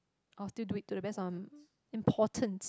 I'll still do it to the best on importance